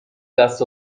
دست